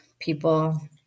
people